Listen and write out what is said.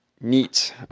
neat